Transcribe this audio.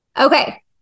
Okay